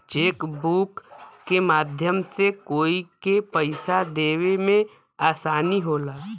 chequebook के माध्यम से कोई के पइसा देवे में आसानी होला